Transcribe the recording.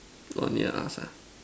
orh near us ah